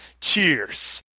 Cheers